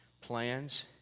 plans